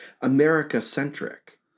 America-centric